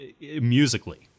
musically